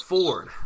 Ford